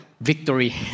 victory